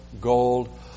gold